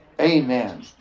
Amen